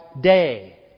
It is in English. day